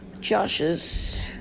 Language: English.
Josh's